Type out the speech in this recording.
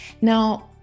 now